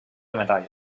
metall